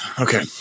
Okay